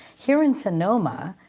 here in sonoma,